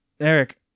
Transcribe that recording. eric